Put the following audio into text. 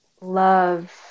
love